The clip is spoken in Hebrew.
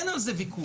אין על זה ויכוח.